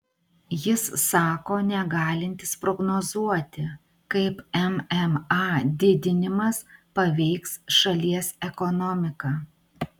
jis sako negalintis prognozuoti kaip mma didinimas paveiks šalies ekonomiką